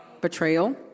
betrayal